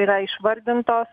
yra išvardintos